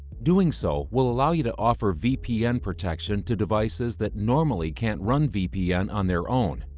doing so will allow you to offer vpn protection to devices that normally can't run vpn on their own,